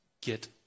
get